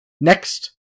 Next